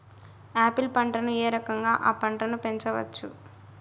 Apple పంటను ఏ రకంగా అ పంట ను పెంచవచ్చు?